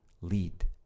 lead